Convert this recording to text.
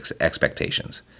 expectations